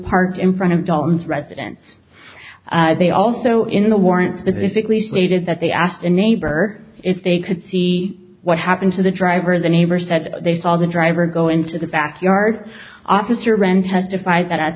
parked in front of dalton's residence they also in the warrant specifically stated that they asked a neighbor if they could see what happened to the driver the neighbor said they saw the driver go into the back yard officer ran testified that at